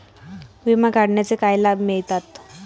विमा काढण्याचे काय लाभ मिळतात?